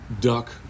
Duck